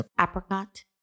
apricot